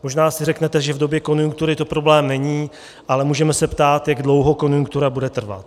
Možná si řeknete, že v době konjunktury to problém není, ale můžeme se ptát, jak dlouho konjunktura bude trvat.